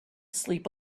sleep